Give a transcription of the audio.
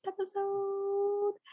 episode